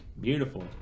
Beautiful